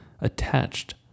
attached